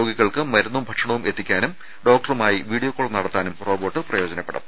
രോഗികൾക്ക് മരുന്നും ഭക്ഷണവും എത്തിക്കാനും ഡോക്ടറുമായി വീഡിയോ കോൾ നടത്താനും റോബോട്ട് പ്രയോജനപ്പെടും